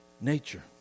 nature